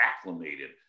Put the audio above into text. acclimated